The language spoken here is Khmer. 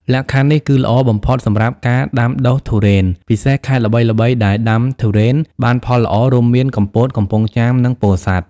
លក្ខខណ្ឌនេះគឺល្អបំផុតសម្រាប់ការដាំដុះទុរេន ពិសេសខេត្តល្បីៗដែលដាំទុរេនបានផលល្អរួមមាន កំពត កំពង់ចាម និងពោធិ៍សាត់។